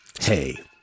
hey